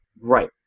Right